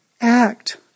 act